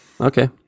Okay